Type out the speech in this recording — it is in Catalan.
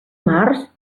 març